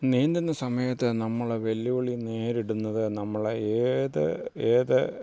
നീന്തുന്ന സമയത്ത് നമ്മൾ വെല്ലുവിളി നേരിടുന്നത് നമ്മളെ ഏത് ഏത്